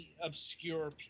obscure